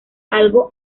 algo